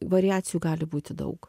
variacijų gali būti daug